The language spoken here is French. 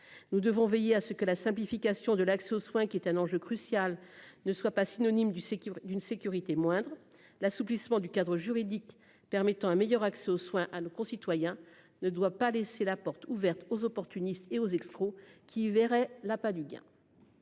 Nous devons veiller à ce que la simplification de l'accès aux soins qui est un enjeu crucial ne soit pas synonyme du qui d'une sécurité moindre l'assouplissement du cadre juridique permettant un meilleur accès aux soins à nos concitoyens ne doit pas laisser la porte ouverte aux opportunistes et aux escrocs qui verrait l'appât du gain.